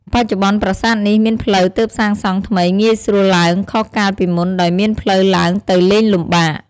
បច្ចុប្បន្នប្រាសាទនេះមានផ្លូវទើបសាងសង់ថ្មីងាយស្រួលឡើង ខុសកាលពីមុនដោយមានផ្លូវឡើងទៅលេងលំបាក។